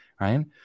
right